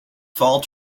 fall